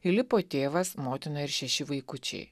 įlipo tėvas motina ir šeši vaikučiai